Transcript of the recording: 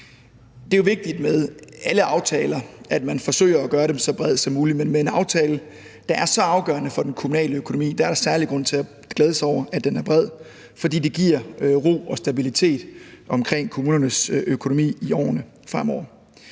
Det er jo vigtigt med alle aftaler, at man forsøger at gøre dem så brede som muligt, men med en aftale, der er så afgørende for den kommunale økonomi, er der særlig grund til at glæde sig over, at den er bred, fordi det giver ro og stabilitet omkring kommunernes økonomi i årene fremover.